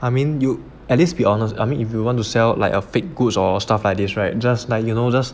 I mean you at least be honest I mean if you want to sell like a fake goods or stuff like this right just like you know just